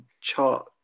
chart